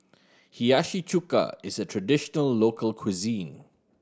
Hiyashi Chuka is a traditional local cuisine